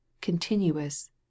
continuous